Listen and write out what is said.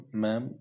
ma'am